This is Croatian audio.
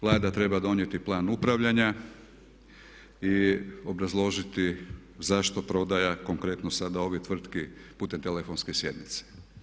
Vlada treba donijeti plan upravljanja i obrazložiti zašto prodaja konkretno sada ovih tvrtki putem telefonske sjednice.